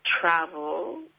travel